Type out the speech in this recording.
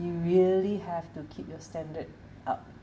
you really have to keep your standard up